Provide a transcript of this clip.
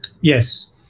Yes